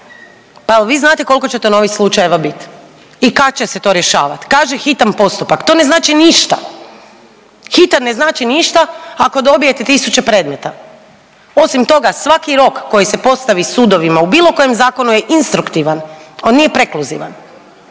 pa jel vi znate kolko će to novih slučajeva bit i kad će se to rješavat? Kaže hitan postupak, to ne znači ništa, hitan ne znači ništa ako dobijete tisuće predmeta, osim toga svaki rok koji se postavi sudovima u bilo kojem zakonu je instruktivan, on nije prekluzivan.